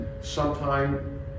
sometime